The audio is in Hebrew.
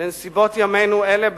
לנסיבות ימינו אלה,